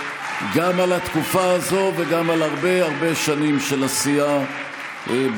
גם על התקופה הזאת וגם על הרבה הרבה שנים של עשייה ברוכה.